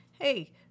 hey